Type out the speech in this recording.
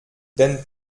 den